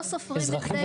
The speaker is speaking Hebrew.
לא סופרים את זה.